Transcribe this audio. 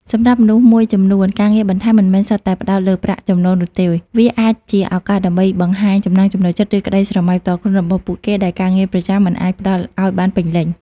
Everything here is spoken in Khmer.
សម្រាប់មនុស្សមួយចំនួន ការងារបន្ថែមមិនមែនសុទ្ធតែផ្តោតលើប្រាក់ចំណូលនោះទេ វាអាចជាឱកាសដើម្បីបំពេញចំណង់ចំណូលចិត្ត ឬក្តីស្រមៃផ្ទាល់ខ្លួនរបស់ពួកគេ ដែលការងារប្រចាំមិនអាចផ្តល់ឱ្យបានពេញលេញ។